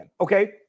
Okay